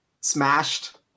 smashed